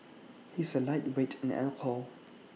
he is A lightweight in alcohol